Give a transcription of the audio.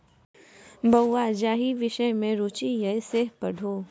बौंआ जाहि विषम मे रुचि यै सैह पढ़ु